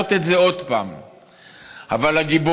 להעלות את זה עוד פעם, אבל הגיבורים